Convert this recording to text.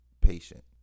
patient